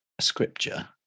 scripture